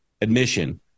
admission